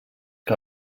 que